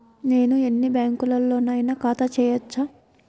నేను ఎన్ని బ్యాంకులలోనైనా ఖాతా చేయవచ్చా?